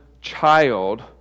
child